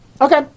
Okay